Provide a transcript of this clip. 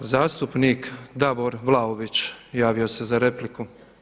Zastupnik Davor Vlaović javio se za repliku.